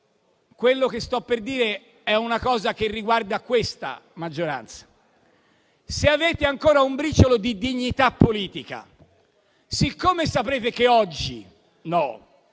quello che sto per dire è una cosa che riguarda questa maggioranza. Se avete ancora un briciolo di dignità politica, colleghi, siccome sapete che non